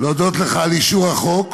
להודות לך על אישור החוק.